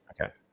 okay